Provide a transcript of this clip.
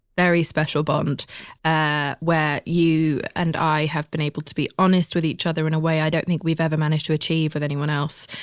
very special bond ah where you and i have been able to be honest with each other in a way i don't think we've ever managed to achieve with anyone else.